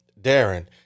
Darren